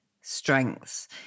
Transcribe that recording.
strengths